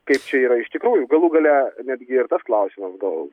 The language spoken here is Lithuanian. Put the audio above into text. kaip čia yra iš tikrųjų galų gale netgi ir tas klausimas gal